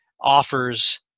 offers